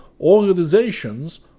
organizations